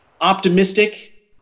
Optimistic